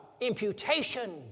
imputation